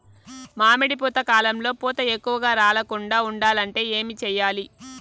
మామిడి పూత కాలంలో పూత ఎక్కువగా రాలకుండా ఉండాలంటే ఏమి చెయ్యాలి?